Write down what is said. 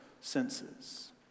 senses